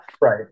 Right